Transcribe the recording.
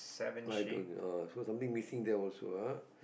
I told you oh so something missing there also ah